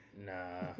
Nah